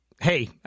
hey